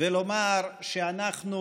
ולומר שאנחנו